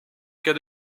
cas